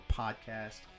podcast